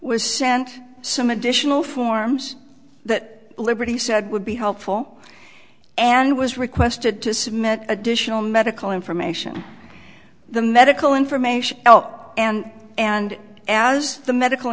was sent some additional forms that liberty said would be helpful and was requested to submit additional medical information the medical information help and and as the medical